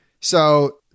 So-